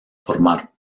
formar